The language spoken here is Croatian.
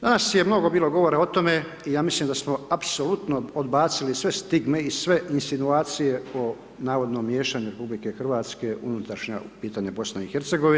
Danas je m nogo bilo govora o tome i ja mislim da smo apsolutno odbacili sve stigme i sve insinuacije o navodnom miješanju RH o unutrašnjem pitanju BIH.